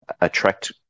attract